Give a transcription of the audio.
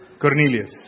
Cornelius